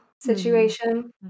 situation